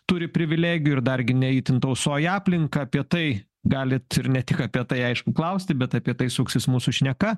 turi privilegijų ir dargi ne itin tausoja aplinką apie tai galit ir ne tik apie tai aišku klausti bet apie tai suksis mūsų šneka